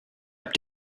app